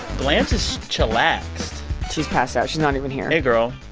blanche is chillaxed she's passed out. she's not even here hey, girl.